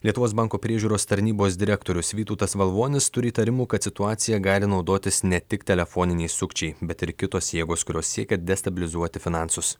lietuvos banko priežiūros tarnybos direktorius vytautas valvonis turi įtarimų kad situacija gali naudotis ne tik telefoniniai sukčiai bet ir kitos jėgos kurios siekia destabilizuoti finansus